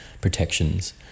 protections